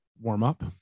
warm-up